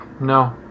No